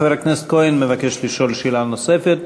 חבר הכנסת כהן מבקש לשאול שאלה נוספת.